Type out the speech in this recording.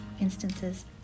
instances